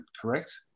correct